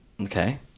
Okay